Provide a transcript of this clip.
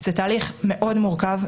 זה תהליך מאוד מורכב,